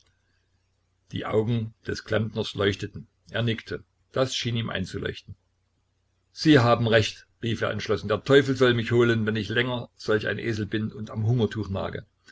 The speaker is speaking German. die augen des klempners leuchteten er nickte das schien ihm einzuleuchten sie haben recht rief er entschlossen der teufel soll mich holen wenn ich länger solch ein esel bin und am hungertuch nage